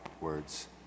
words